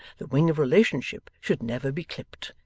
the wing of relationship should never be clipped,